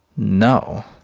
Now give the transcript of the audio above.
no,